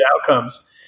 outcomes